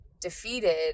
defeated